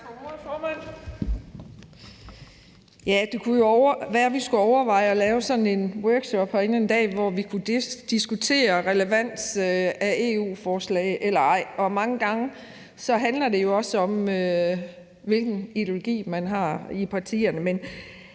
Det kunne jo være, vi skulle overveje at lave sådan en workshop herinde en dag, hvor vi kunne diskutere relevansen af EU-forslag, altså om de er relevante eller ej. Mange gange handler det jo også om, hvilken ideologi man har i partierne. Alt